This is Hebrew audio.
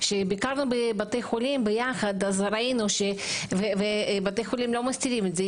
כשביקרנו בבתי חולים ביחד אז ראינו ובתי החולים לא מסתירים את זה,